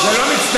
זה לא מצטבר.